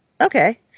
Okay